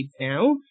now